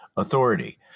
authority